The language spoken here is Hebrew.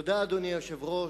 אדוני היושב-ראש,